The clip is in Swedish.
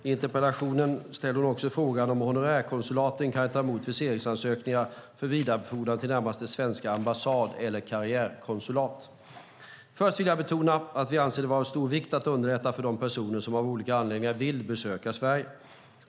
I interpellationen ställer hon också frågan om honorärkonsulaten kan ta emot viseringsansökningar för vidarebefordran till närmaste svenska ambassad eller karriärkonsulat. Först vill jag betona att vi anser det vara av stor vikt att underlätta för de personer som av olika anledningar vill besöka Sverige.